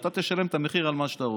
אתה תשלם את המחיר על מה שאתה רוצה.